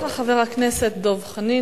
אני מודה לך, חבר הכנסת דב חנין.